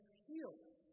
healed